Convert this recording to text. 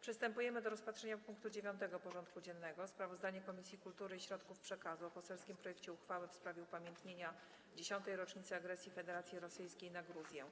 Przystępujemy do rozpatrzenia punktu 9. porządku dziennego: Sprawozdanie Komisji Kultury i Środków Przekazu o poselskim projekcie uchwały w sprawie upamiętnienia 10. rocznicy agresji Federacji Rosyjskiej na Gruzję